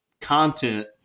content